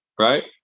Right